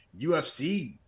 UFC